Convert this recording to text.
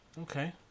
Okay